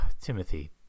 timothy